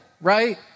right